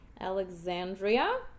Alexandria